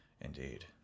Indeed